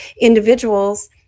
individuals